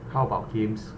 how about games